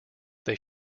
they